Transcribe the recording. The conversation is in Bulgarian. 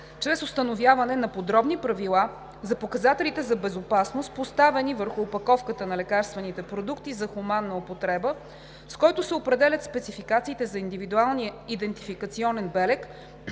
чрез установяване на подробни правила за показателите за безопасност, поставени върху опаковката на лекарствените продукти за хуманна употреба, с който се определят спесификациите за индивидуалния идентификационен белег,